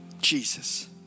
Jesus